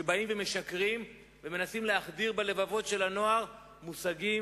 שבאים ומשקרים ומנסים להחדיר בלבבות של הנוער מושגים